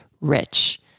rich